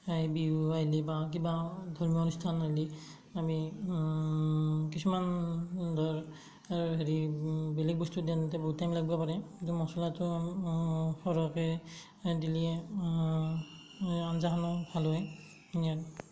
এই বিহু আহিলে বা কিবা ধৰ্মীয় অনুষ্ঠান আহিলে আমি কিছুমান ধৰ হেৰি বেলেগ বস্তু দিওঁতে বহুত টাইম লাগিব পাৰে কিন্তু মচলাটো সৰহকৈ দিলে আঞ্জাখনো ভাল হয়